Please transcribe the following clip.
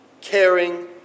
caring